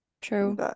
True